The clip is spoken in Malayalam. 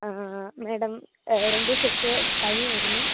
അ അ മാഡം രണ്ട് ദിവസമായിട്ട് പനി ആയിരുന്നു